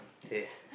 okay